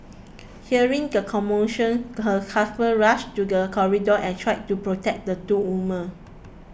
hearing the commotion her husband rushed to the corridor and tried to protect the two woman